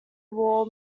war